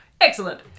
Excellent